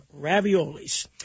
raviolis